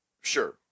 Sure